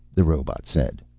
the robot said.